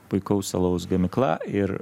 puikaus alaus gamykla ir